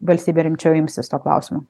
valstybė rimčiau imsis to klausimo